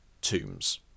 tombs